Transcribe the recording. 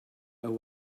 look